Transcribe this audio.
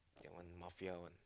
that one mafia one